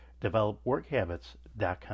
developworkhabits.com